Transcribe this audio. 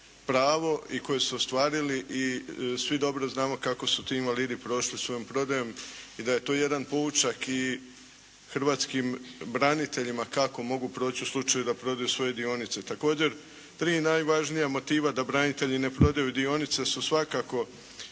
pravo i koje su ostvarili i svi dobro znamo kako su ti invalidi prošli svojom prodajom i da je to jedan poučak i hrvatskim braniteljima kako mogu proći u slučaju da prodaju svoje dionice. Također, tri najvažnija motiva da branitelji ne prodaju dionice su svakako